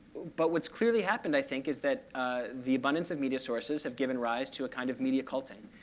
but what's clearly happened, i think, is that the abundance of media sources have given rise to a kind of media culting,